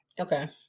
Okay